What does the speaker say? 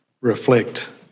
reflect